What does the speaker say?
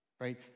Right